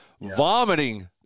vomiting